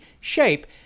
shape